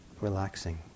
relaxing